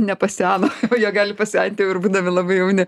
nepaseno jie gali pasent ir būdami labai jauni